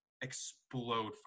explode